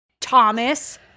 Thomas